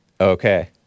Okay